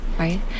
Right